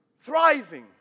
thriving